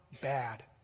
bad